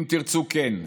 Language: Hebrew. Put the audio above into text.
אם תרצו, כן,